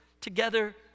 together